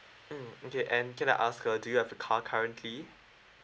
mm okay and can I ask uh do you have a car currently